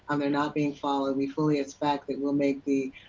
um they're not being followed, we fully expect, that we will make the